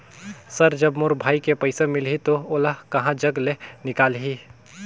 Sir जब मोर भाई के पइसा मिलही तो ओला कहा जग ले निकालिही?